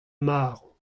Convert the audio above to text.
marv